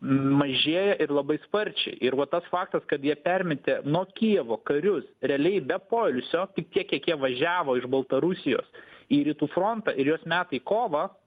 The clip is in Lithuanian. mažėja ir labai sparčiai ir va tas faktas kad jie permetė nuo kijevo karius realiai be poilsio tik tiek kiek jie važiavo iš baltarusijos į rytų frontą ir juos meta į kovą